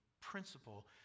principle